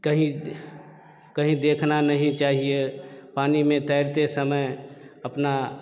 कहीं दे कहीं देखना नहीं चाहिए पानी में तैरते समय अपना